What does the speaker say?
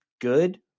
good